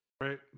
Right